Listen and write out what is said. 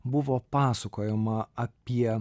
buvo pasakojama apie